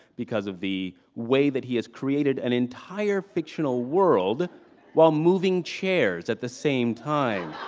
because of the way that he has created an entire fictional world while moving chairs at the same time.